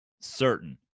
certain